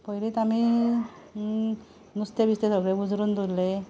पयलींच आमी नुस्तें बिस्तें सगळें उज्रोवन दवरलें